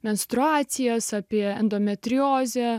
menstruacijas apie endometriozę